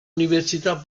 università